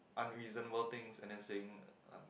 unreasonable things and then saying um